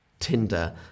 Tinder